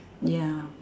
ya